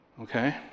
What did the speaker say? okay